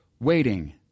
Waiting